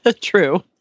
True